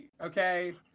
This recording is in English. okay